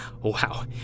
Wow